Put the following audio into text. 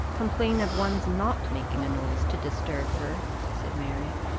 complain of one's not making a noise to disturb her, said marriott.